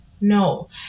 No